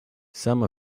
some